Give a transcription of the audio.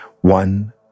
one